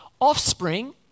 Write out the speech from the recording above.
offspring